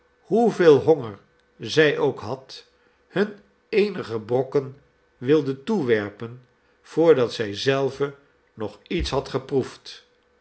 hoeveel honger zij ook had hun eenige brokken wilde toewerpen voordat zij zelve nog iets had geproefd